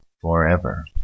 forever